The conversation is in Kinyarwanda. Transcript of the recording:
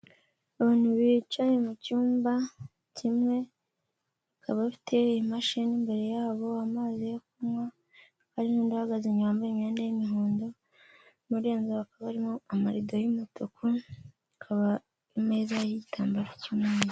Abantu bicaye mu cyumba kimwe, bakaba bafite imashini imbere yabo, amazi yo kunywa, hari n'undi uhagaze inyuma wambaye imyenda y'imihondo, muri iyo nzu hakaba harimo amarida y'umutuku, hakaba imeza iriho igitambaro cy'umweru.